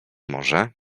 może